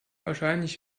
wahrscheinlich